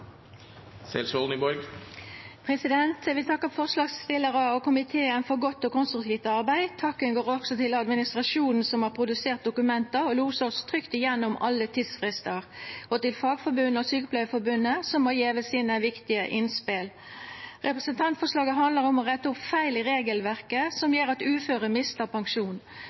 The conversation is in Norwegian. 3 minutter. Eg vil takka forslagsstillarane og komiteen for godt og konstruktivt arbeid. Takken går også til administrasjonen som har produsert dokumenta og losa oss trygt igjennom alle tidsfristar, og til Fagforbundet og Sykepleierforbundet, som har gjeve sine viktige innspel. Representantforslaget handlar om å retta opp i feil i regelverket som gjer at uføre mistar pensjon.